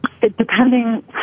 Depending